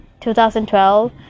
2012